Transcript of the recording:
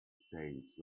saves